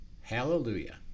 hallelujah